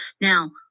Now